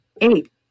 Eight